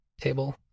table